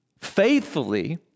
faithfully